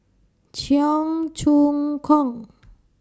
Cheong Choong Kong